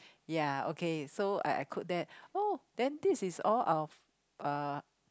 ya okay so I I cook that oh then this is all of uh